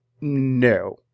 No